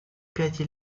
пяти